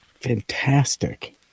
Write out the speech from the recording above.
Fantastic